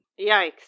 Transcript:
Yikes